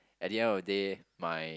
at the end of the day my